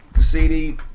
CD